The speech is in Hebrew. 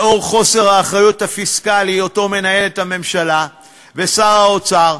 לאור חוסר האחריות הפיסקלי שאותו מנהלים הממשלה ושר האוצר,